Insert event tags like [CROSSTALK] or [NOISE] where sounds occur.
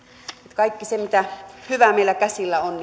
kaikki se mitä hyvää meillä käsillä on [UNINTELLIGIBLE]